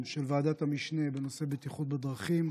של ועדת המשנה בנושא בטיחות בדרכים,